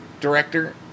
director